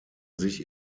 sich